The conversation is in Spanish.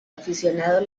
aficionados